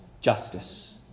Justice